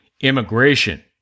Immigration